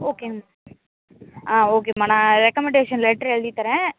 ஓகேங்க ஆ ஓகேமா நான் ரெக்கமண்டேஷன் லெட்ரு எழுதித் தரேன்